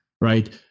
right